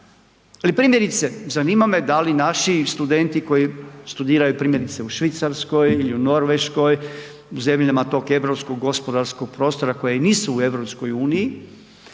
ali primjerice zanima me da li naši studenti koji studiraju primjerice u Švicarskoj ili u Norveškoj u zemljama tog europskog gospodarskog prostora koje nisu u EU, ili